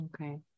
okay